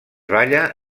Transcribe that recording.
balla